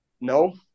No